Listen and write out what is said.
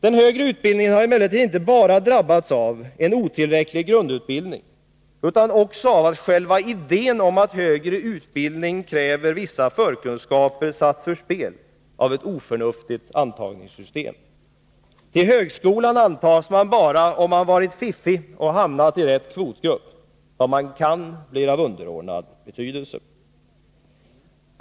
Den högre utbildningen har emellertid inte bara drabbats av en otillräcklig grundutbildning utan också av att själva idén om att högre utbildning kräver vissa förkunskaper satts ur spel av ett oförnuftigt antagningssystem. Till högskolan antas man bara om man varit fiffig och hamnat i rätt kvotgrupp. Vad man kan blir av underordnad betydelse.